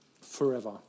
forever